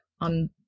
on